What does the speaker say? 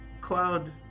cloud